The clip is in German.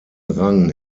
rang